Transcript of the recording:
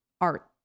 art